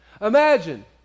Imagine